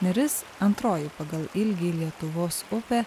neris antroji pagal ilgį lietuvos upė